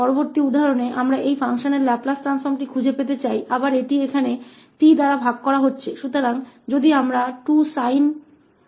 अगले उदाहरण में हम इस फंक्शन के लैपलेस ट्रांसफॉर्म को खोजना चाहते हैं फिर से इसी तरह की स्थिति इसे यहां t से विभाजित किया जा रहा है